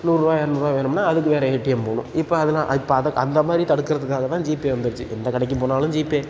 நூறுரூவா இரநூறுவா வேணும்னால் அதுக்கு வேறு ஏடிஎம் போகணும் இப்போ அதலாம் இப்போ அதை அந்த மாதிரி தடுக்கிறதுக்காக தான் ஜிபே வந்துடுச்சு எந்த கடைக்கு போனாலும் ஜிபே